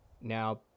Now